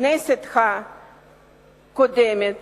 בכנסת הקודמת